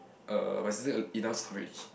uh my sister enough stuff already